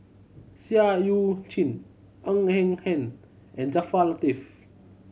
Seah Eu Chin Ng Eng Hen and Jaafar Latiff